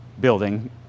building